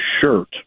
shirt